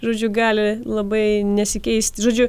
žodžiu gali labai nesikeisti žodžiu